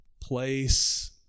place